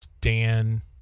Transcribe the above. Dan